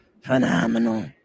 phenomenal